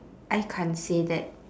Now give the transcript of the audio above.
I can't say that